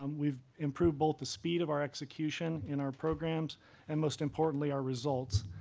um we've improved both the speed of our execution in our programs and, most importantly, our results.